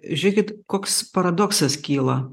žiūrėkit koks paradoksas kyla